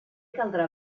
caldrà